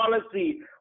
policy